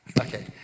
Okay